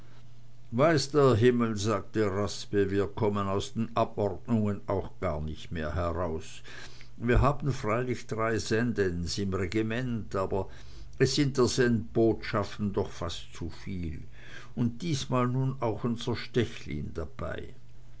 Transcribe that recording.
weiß der himmel sagte raspe wir kommen aus den abordnungen auch gar nicht mehr heraus wir haben freilich drei sendens im regiment aber es sind der sendbotschaften doch fast zuviel und diesmal nun auch unser stechlin dabei